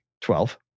Twelve